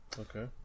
Okay